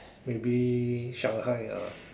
maybe Shanghai ah